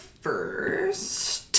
first